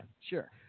Sure